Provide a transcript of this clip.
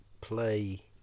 play